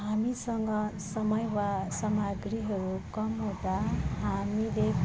हामीसँग समय वा सामग्रीहरू कम हुँदा हामीले